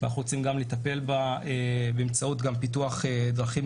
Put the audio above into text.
ואנחנו רוצים לטפל בה גם באמצעות פיתוח דרכים